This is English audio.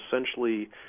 essentially